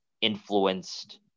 influenced